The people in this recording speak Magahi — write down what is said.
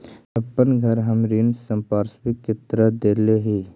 अपन घर हम ऋण संपार्श्विक के तरह देले ही